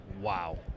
Wow